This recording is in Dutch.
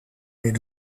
weer